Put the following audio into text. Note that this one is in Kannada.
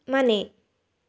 ಮನೆ